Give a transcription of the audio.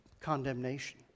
condemnation